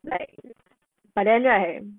like but then right